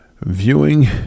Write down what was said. viewing